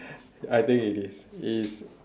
I think it is it is